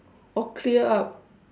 all clear up